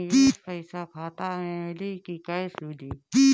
निवेश पइसा खाता में मिली कि कैश मिली?